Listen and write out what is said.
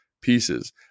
pieces